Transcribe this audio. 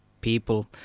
people